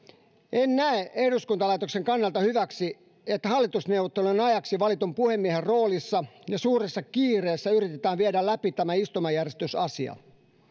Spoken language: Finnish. en näe eduskuntalaitoksen kannalta hyväksi että hallitusneuvottelujen ajaksi valitun puhemiehen roolissa ja suuressa kiireessä yritetään viedä läpi tämä istumajärjestysasia